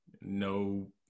No